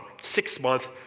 six-month